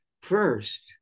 first